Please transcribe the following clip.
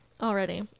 Already